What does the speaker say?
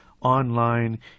Online